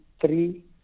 Three